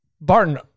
Barton